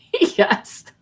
yes